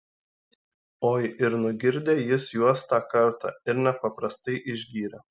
oi ir nugirdė jis juos tą kartą ir nepaprastai išgyrė